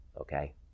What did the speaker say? Okay